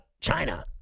China